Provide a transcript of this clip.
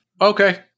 Okay